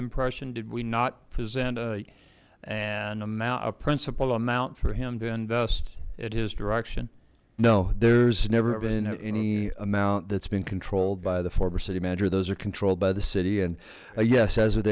impression did we not present a and amount a principal amount for him to invest at his direction no there's never been any amount that's been controlled by the former city manager those are controlled by the city and yes as wit